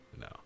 No